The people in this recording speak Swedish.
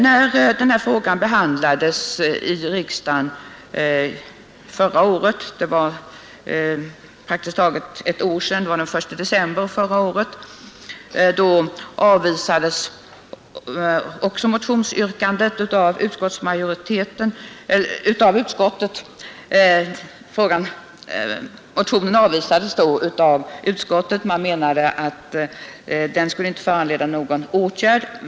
När frågan behandlades i riksdagen förra året — för nästan exakt ett år sedan; det var nämligen den 1 december förra året — avvisades motionen också av utskottet, som menade att motionen inte borde föranleda någon riksdagens åtgärd.